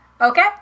Okay